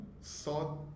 saw